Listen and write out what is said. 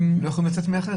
הם לא יכולים לצאת מהחדר.